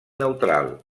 neutral